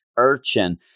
Urchin